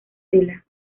tela